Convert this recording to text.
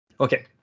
Okay